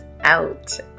out